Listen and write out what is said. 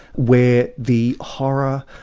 where the horror,